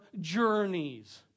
journeys